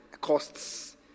costs